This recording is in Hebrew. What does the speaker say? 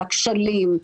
לכשלים.